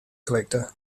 collector